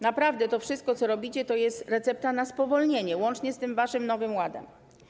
Naprawdę to wszystko, co robicie, to recepta na spowolnienie, łącznie z tym waszym Nowym Ładem.